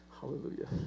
Hallelujah